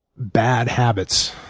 bad habits?